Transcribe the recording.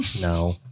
no